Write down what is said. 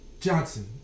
Johnson